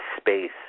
space